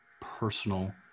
personal